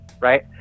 Right